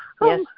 yes